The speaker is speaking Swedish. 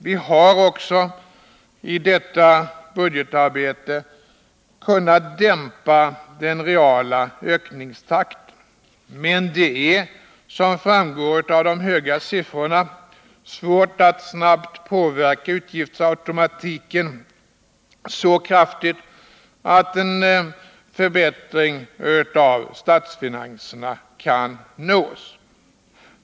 Vi har också i detta budgetarbete kunnat dämpa den reala ökningstakten i utgifterna. Men det är, som framgår av de höga siffrorna, svårt att snabbt påverka utgiftsautomatiken så kraftigt att en snar förbättring av statsfinanserna kan nås.